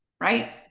right